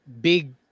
big